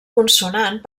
consonant